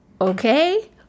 Okay